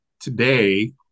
today